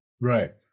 Right